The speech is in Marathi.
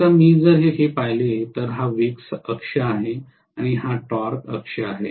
आता मी जर हे पाहिले तर हा वेग अक्ष आहे आणि हा टॉर्क अक्ष आहे